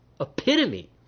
epitome